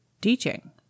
teaching